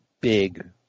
big